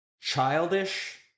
childish